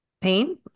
pain